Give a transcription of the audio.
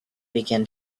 began